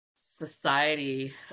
society